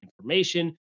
information